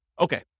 Okay